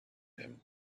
him